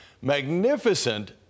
magnificent